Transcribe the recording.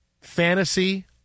fantasy